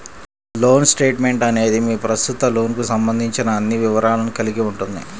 loan statement అనేది మీ ప్రస్తుత లోన్కు సంబంధించిన అన్ని వివరాలను కలిగి ఉంటుంది